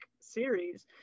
series